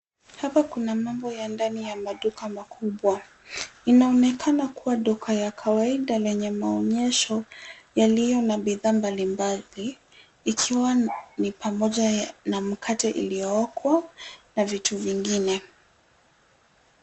Hapa kuna mambo ya ndani ya maduka makubwa. Inaonekana kuwa duka ya kawaida lenye maonyesho yaliyo na bidhaa mbalimbali ikiwa ni pamoja na mikate iliookwa na vitu vingine.